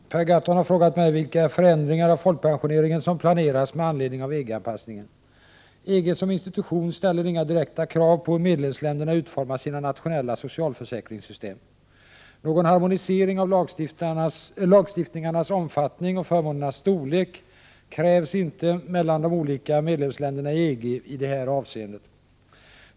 Herr talman! Per Gahrton har frågat mig vilka förändringar av folkpensioneringen som planeras med anledning av EG-anpassningen. EG som institution ställer inga direkta krav på hur medlemsländerna utformar sina nationella socialförsäkringssystem. Någon harmonisering av lagstiftningarnas omfattning och förmånernas storlek krävs inte mellan de olika medlemsländerna i EG i det här avseendet.